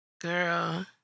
Girl